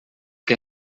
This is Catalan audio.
que